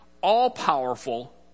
all-powerful